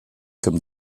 comme